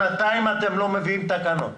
שנתיים אתם לא מביאים תקנות.